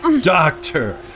Doctor